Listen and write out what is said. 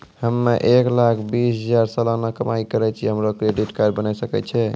हम्मय एक लाख बीस हजार सलाना कमाई करे छियै, हमरो क्रेडिट कार्ड बने सकय छै?